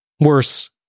Worse